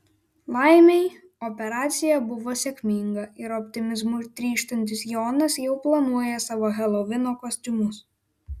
laimei operacija buvo sėkminga ir optimizmu trykštantis jonas jau planuoja savo helovino kostiumus